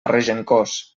regencós